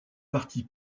parti